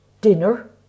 dinner